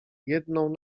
jedną